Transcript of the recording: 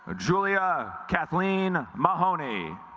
ah julia kathleen mahoney